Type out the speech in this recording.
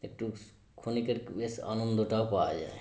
একটু ক্ষণিকের বেশ আনন্দটাও পাওয়া যায়